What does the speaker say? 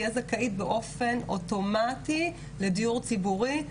תהייה זכאית באופן אוטומטי לדיור ציבורי,